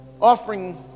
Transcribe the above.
offering